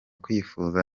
kwifuza